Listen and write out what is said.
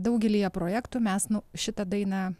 daugelyje projektų mes nu šitą dainą